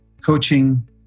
coaching